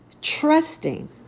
trusting